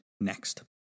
next